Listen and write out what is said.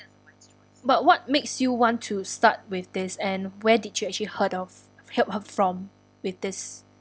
but what makes you want to start with this and where did you actually heard of had help from with this